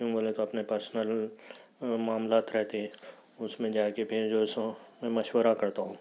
کیوں بولے تو اپنے پرسنل معاملات رہتے ہے اُس میں جا کے پھر جو سو میں مشورہ کرتا ہوں